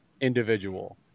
individual